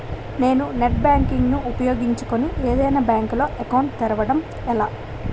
నేను net banking ను ఉపయోగించుకుని ఏదైనా బ్యాంక్ లో అకౌంట్ తెరవడం ఎలా?